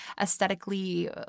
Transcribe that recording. aesthetically